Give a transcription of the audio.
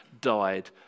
died